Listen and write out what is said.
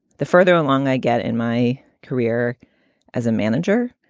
the further along i get in my career as a manager.